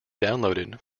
downloaded